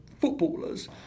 footballers